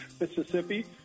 Mississippi